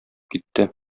китте